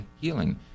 healing